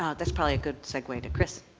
ah that's probably a good segue to chris.